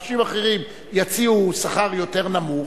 שאנשים אחרים יציעו שכר יותר נמוך,